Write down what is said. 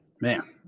man